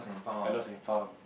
I lost and found